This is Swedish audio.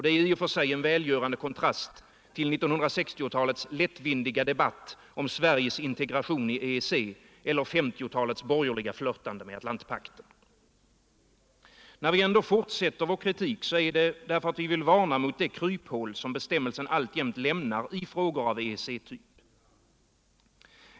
Det är i och för sig en välgörande kontrast till 1960-talets lättvindiga debatt om Sveriges integration i EEC eller 1950-talets borgerliga flirtande med Atlantpakten. När vi ändå fortsätter vår kritik är det därför att vi vill varna mot det kryphål som bestämmelsen alltjämt lämnar i frågor av EG-typ.